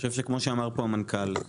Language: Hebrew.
כמו שאמר כאן המנכ"ל.